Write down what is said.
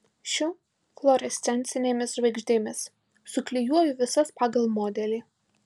šiu fluorescencinėmis žvaigždėmis suklijuoju visas pagal modelį